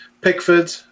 Pickford